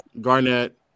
Garnett